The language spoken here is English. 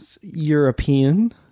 European